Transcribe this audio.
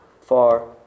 far